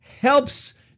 helps